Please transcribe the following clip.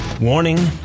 Warning